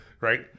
Right